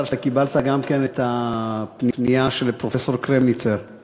שאתה קיבלת גם את הפנייה של פרופסור קרמניצר,